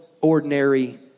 ordinary